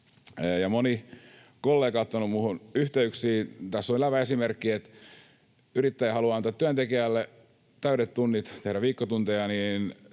moni kollega on ottanut minuun yhteyttä. Tässä on elävä esimerkki: kun yrittäjä haluaa antaa työntekijälle täydet tunnit tehdä viikkotunteja,